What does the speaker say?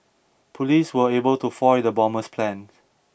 police were able to foil the bomber's plans